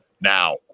now